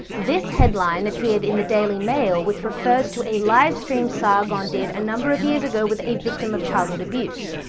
this headline appeared in the daily mail, which refers to a live stream sargon did a number of years ago with a victim of childhood abuse.